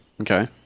okay